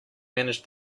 manage